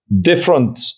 different